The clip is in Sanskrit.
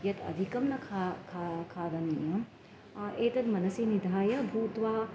यत् अधिकं न खा का खादनीयम् एतद् मनसि निधाय भूत्वा